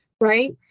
right